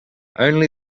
only